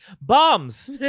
bombs